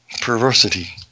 perversity